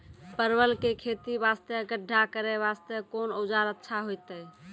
परवल के खेती वास्ते गड्ढा करे वास्ते कोंन औजार अच्छा होइतै?